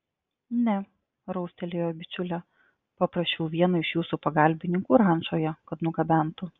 ne raustelėjo bičiulė paprašiau vieną iš jūsų pagalbininkų rančoje kad nugabentų